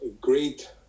great